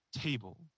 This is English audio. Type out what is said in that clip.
table